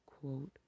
quote